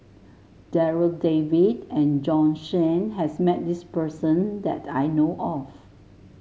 Darryl David and Bjorn Shen has met this person that I know of